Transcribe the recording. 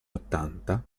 ottanta